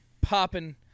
popping